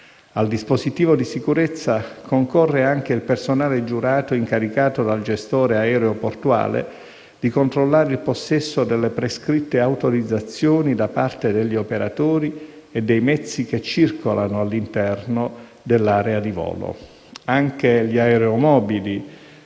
Al dispositivo di sicurezza concorre anche il personale giurato incaricato dal gestore aeroportuale di controllare il possesso delle prescritte autorizzazioni da parte degli operatori e dei mezzi che circolano all'interno dell'area di volo. Anche gli aeromobili